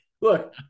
look